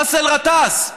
באסל גטאס,